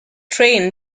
train